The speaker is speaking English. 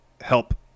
help